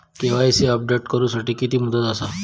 KYC update करू साठी किती मुदत आसा?